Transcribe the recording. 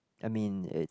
I mean it's